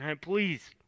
Please